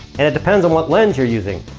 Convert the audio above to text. and it depends on what lens you are using.